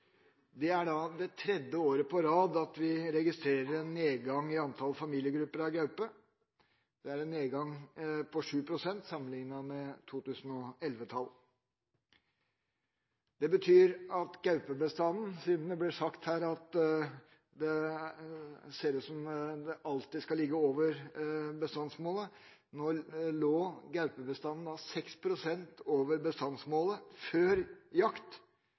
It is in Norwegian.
Det er det tredje år på rad at vi registrerer en nedgang i antall familiegrupper av gaupe. Det er en nedgang på 7 pst. sammenliknet med tallet for 2011. Det betyr at gaupebestanden – siden det blir sagt her at det ser ut til at den alltid skal ligge over bestandsmålet – lå 6 pst. over bestandsmålet, før jakt.